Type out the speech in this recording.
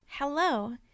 Hello